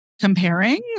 comparing